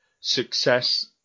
success